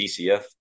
DCF